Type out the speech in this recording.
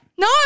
No